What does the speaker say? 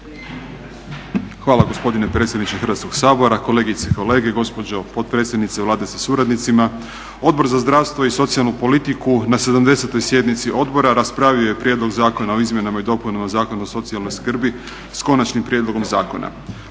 Hvala gospodine predsjedniče Hrvatskoga sabora, kolegice i kolege, gospođo potpredsjednice Vlade sa suradnicima. Odbor za zdravstvo i socijalnu politiku na 70. sjednici odbora raspravio je prijedlog Zakona o izmjenama i dopunama Zakona o socijalnoj skrbi sa Konačnim prijedlogom zakona.